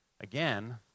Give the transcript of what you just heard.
again